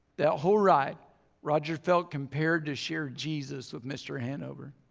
that whole ride roger felt compared to share jesus with mr. hanover,